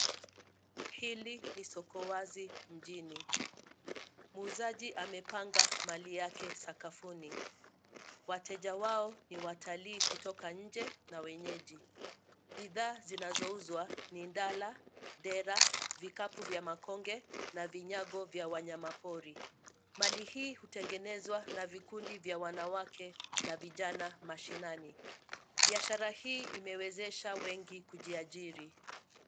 Hili ni soko wazi mjini. Mwuuzaji amepanga mali yake sakafuni. Wateja wao ni watalii kutoka nje na wenyeji. Bidhaa zinazouzwa ni dala, dera, vikapu vya makonge na vinyago vya wanyamapori. Mali hii hutengenezwa na vikundi vya wanawake na vijana mashinani. Biashara hii imewezesha wengi kujiajiri.